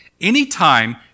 anytime